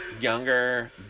Younger